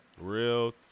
Real